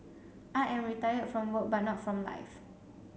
I am retired from work but not from life